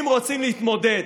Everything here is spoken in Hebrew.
אם רוצים להתמודד